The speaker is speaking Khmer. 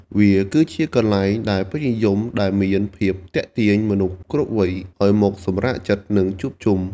វាគឺជាកន្លែងដែលពេញនិយមដែលមានភាពទាក់ទាញមនុស្សគ្រប់វ័យ ឱ្យមកសម្រាកចិត្ត និងជួបជុំ។